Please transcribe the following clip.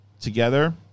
together